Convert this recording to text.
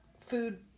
food